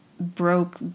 broke